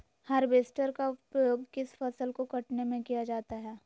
Harvester का उपयोग किस फसल को कटने में किया जाता है?